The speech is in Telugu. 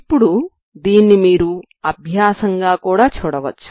ఇప్పుడు దీన్ని మీరు అభ్యాసం గా కూడా చూడవచ్చు